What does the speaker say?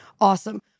awesome